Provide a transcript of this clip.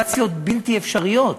בסיטואציות בלתי אפשריות: